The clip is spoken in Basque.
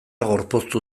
gorpuztu